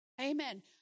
Amen